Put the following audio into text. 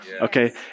Okay